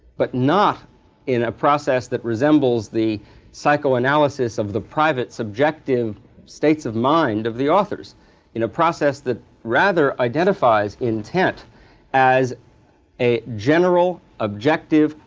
but not in a process that resembles the psychoanalysis of the private subjective states of mind of the authors in a process that rather identifies intent as a general, objective,